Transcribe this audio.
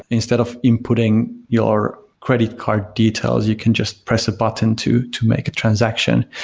instead of inputting your credit card details, you can just press a button to to make a transaction,